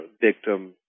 victim